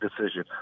decision